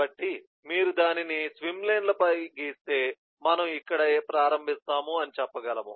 కాబట్టి మీరు దానిని స్విమ్ లేన్ల పై గీస్తే మనము ఇక్కడే ప్రారంభిస్తాము అని చెప్పగలను